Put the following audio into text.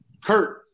Kurt